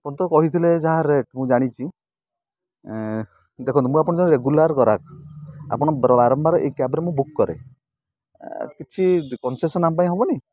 ଆପଣ ତ କହିଥିଲେ ଯାହା ରେଟ୍ ମୁଁ ଜାଣିଛି ଦେଖନ୍ତୁ ମୁଁ ଆପଣ ଯଦି ରେଗୁଲାର ଗାରାକ୍ ଆପଣ ବାରମ୍ବାର ଏଇ କ୍ୟାବରେ ମୁଁ ବୁକ୍ କରେ କିଛି କନସେସନ ଆମ ପାଇଁ ହବନି